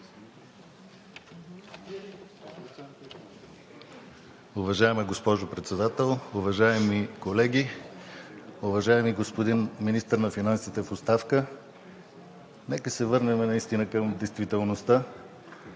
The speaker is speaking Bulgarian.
Уважаема госпожо Председател, уважаеми колеги! Уважаеми господин Министър на финансите в оставка, нека се върнем към действителността